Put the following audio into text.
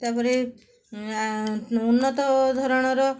ତା'ପରେ ଆ ଉନ୍ନତ ଧରଣର